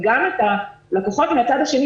גם לקוחות מהצד השני.